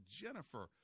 Jennifer